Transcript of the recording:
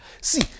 See